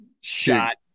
shot